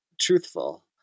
truthful